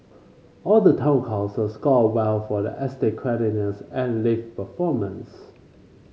all the town councils scored well for the estate and lift performance